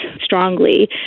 strongly